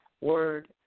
Word